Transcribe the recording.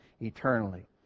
eternally